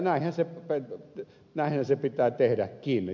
näinhän se pitää tehdäkin